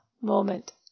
moment